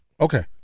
okay